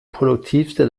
produktivste